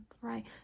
right